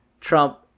Trump